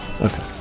Okay